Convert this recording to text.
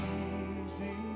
easy